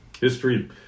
history